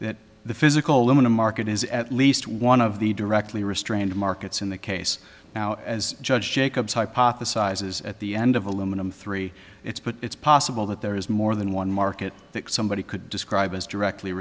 that the physical limit of market is at least one of the directly restrained markets in the case now as judge jacobs hypothesizes at the end of aluminum three it's but it's possible that there is more than one market that somebody could describe as directly